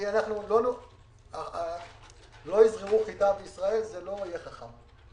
אם לא יזרעו חיטה בישראל זה לא יהיה חכם.